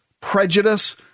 prejudice